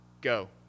Go